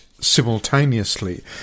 simultaneously